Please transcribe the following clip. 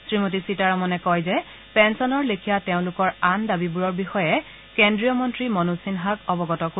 শ্ৰীমতী সীতাৰমনে লগতে কয় যে পেঞ্চনৰ লেখীয়া তেওঁলোকৰ আন দাবীবোৰৰ বিষয়ে কেন্দ্ৰীয় মন্ত্ৰী মনোজ সিনহাক অৱগত কৰিব